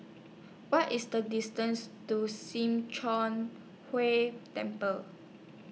What IS The distance to SIM Choon Hui Temple